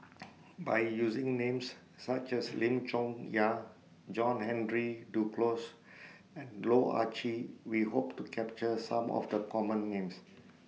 By using Names such as Lim Chong Yah John Henry Duclos and Loh Ah Chee We Hope to capture Some of The Common Names